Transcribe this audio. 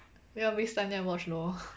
you want to waste time then watch lor